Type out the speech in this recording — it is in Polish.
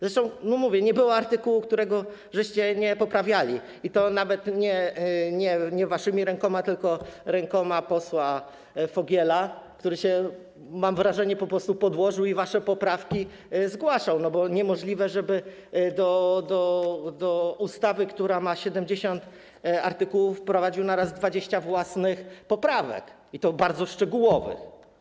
Zresztą, mówię, nie było artykułu, którego byście nie poprawiali, i to nawet nie waszymi rękoma, tylko rękoma posła Fogla, który się, mam ważenie, po prostu podłożył i zgłaszał wasze poprawki, bo niemożliwe, żeby do ustawy, która ma 70 artykułów, wprowadził naraz 20 własnych poprawek, i to bardzo szczegółowych.